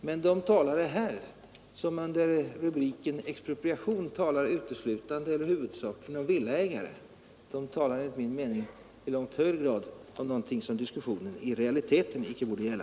Men under rubriken expropriation behandlas huvudsakligen villägarnas förhållanden något som enligt min mening diskussionen i realiteten icke borde gälla.